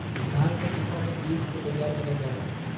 भांग के सुखा के पिस के तैयार करल जाला